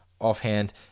offhand